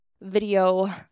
video